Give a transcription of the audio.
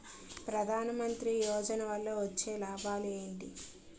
ప్రధాన మంత్రి యోజన వల్ల వచ్చే లాభాలు ఎంటి?